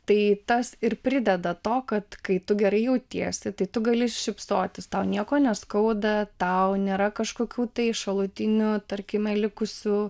tai tas ir prideda to kad kai tu gerai jautiesi tai tu gali šypsotis tau nieko neskauda tau nėra kažkokių tai šalutinių tarkime likusių